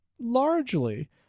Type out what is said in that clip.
largely